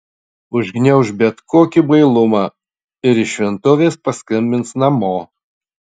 užgniauš bet kokį bailumą ir iš šventovės paskambins namo